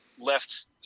Left